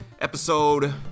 Episode